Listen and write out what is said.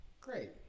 great